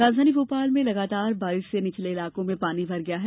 राजधानी भोपाल में लगातार बारिश से निचले इलाकों में पानी भर गया है